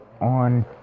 on